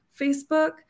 Facebook